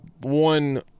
one